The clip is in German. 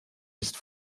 ist